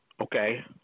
Okay